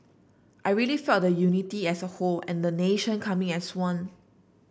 I really felt the unity as a whole and the nation coming as one